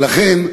ולכן,